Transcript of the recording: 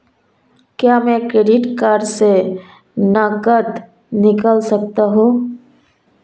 क्या मैं credit card से नकद निकाल सकता हूँ?